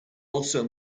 also